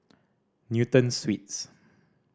Newton Suites